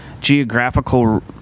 geographical